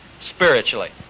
spiritually